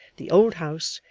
the old house,